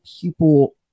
people